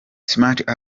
smart